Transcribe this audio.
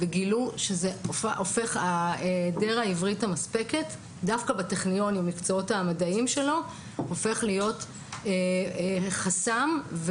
וגילו שהיעדר עברית מספקת הופך להיות חסם דווקא במקצועות המדויקים